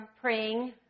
praying